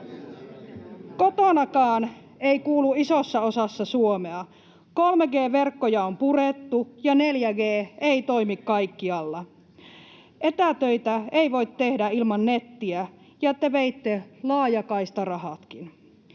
Kotonakaan ei kuulu isossa osassa Suomea. 3G-verkkoja on purettu, ja 4G ei toimi kaikkialla. Etätöitä ei voi tehdä ilman nettiä, ja te veitte laajakaistarahatkin.